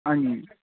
अनि